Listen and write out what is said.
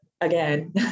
again